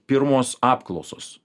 pirmos apklausos